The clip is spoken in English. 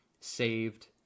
saved